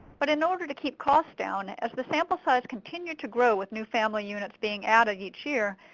but in order to keep costs down, as the sample size continued to grow with new family units being added each year,